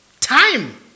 time